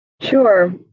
Sure